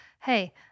hey